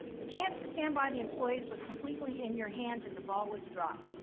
the chance to stand by the employees was completely in your hands and the ball was dropped.